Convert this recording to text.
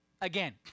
again